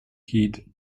heed